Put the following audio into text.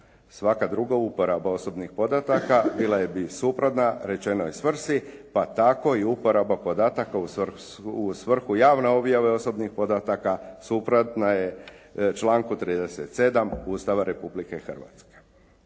Svaka druga uporaba osobnih podataka bila bi suprotna rečenoj svrsi, pa tako i uporaba podataka u svrhu javne objave osobnih podataka suprotna je članku 37. Ustava Republike Hrvatske.